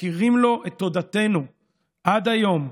מכירים לו את תודתנו עד היום,